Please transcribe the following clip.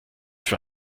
für